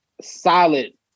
solid